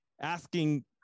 asking